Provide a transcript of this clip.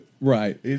Right